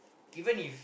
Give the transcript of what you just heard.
even if